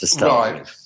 Right